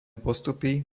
postupy